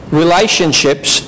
relationships